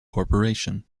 corporation